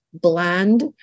bland